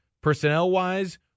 personnel-wise